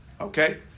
Okay